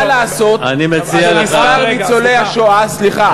מה לעשות שמספר ניצולי השואה, סליחה רגע, סליחה.